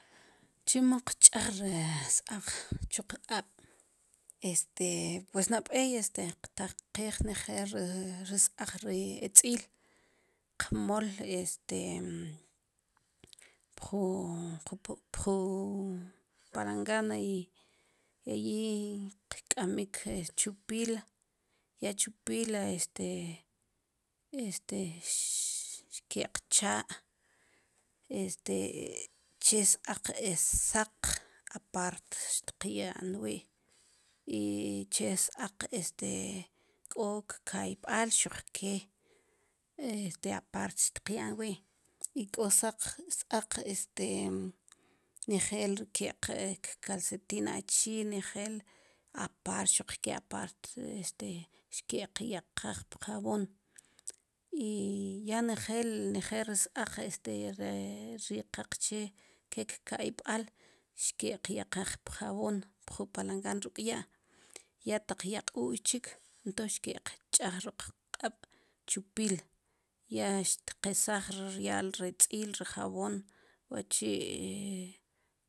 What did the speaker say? Chemo qch'aj ri s-aaq chu qq'ab' este pues nab'ey este qtaqij nejel ri ri s-aaq ri i tz'iil qmol este pju pju palangana i yayi qk'amik chu piil ya chu pila este este xkeq'chaa' este che s-aaq e saq apart xtqya'n wi' i che s-aaq este k'o kka'yb'aal xuq ke este aparte xtqya'n wi' i k'o saq s-aaq este nejel ri keq' kkalsetin achi nejel apart xuq ke apart ri este xkeq' yaqaj pjaboon i ya nejel nejel ri s-aaq este ri qaqche ke kka'yb'aal xkeqyaqaj pjabon pju palangan ruk' ya' ya taq ya q'uy chik entons xke'q ch'aj ruk' qq'ab' chu piil ya xtqqesaj ri rya'l ri tz'il ri jabon wachi'